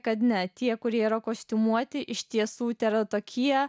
kad ne tie kurie yra kostiumuoti iš tiesų tėra tokie